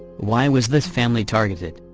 why was this family targeted?